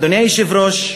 אדוני היושב-ראש,